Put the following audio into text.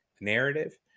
narrative